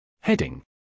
Heading